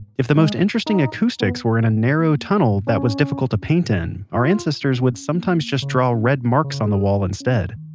if the most interesting acoustics were in a narrow tunnel that was difficult to paint in, our ancestors would sometimes just draw red marks on the wall instead.